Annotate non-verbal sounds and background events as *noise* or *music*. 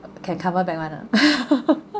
can cover back one ah *laughs*